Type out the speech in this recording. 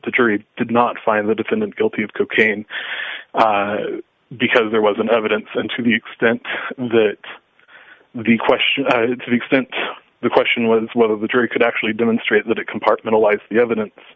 the jury did not find the defendant guilty of cocaine because there was an evidence and to the extent that the question to the extent the question was whether the jury could actually demonstrate that it compartmentalise the evidence